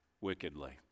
wickedly